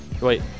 wait